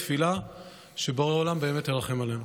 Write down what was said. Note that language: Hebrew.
בתפילה שבורא עולם באמת ירחם עלינו.